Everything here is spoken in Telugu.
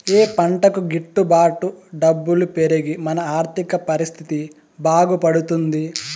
ఏ పంటకు గిట్టు బాటు డబ్బులు పెరిగి మన ఆర్థిక పరిస్థితి బాగుపడుతుంది?